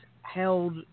held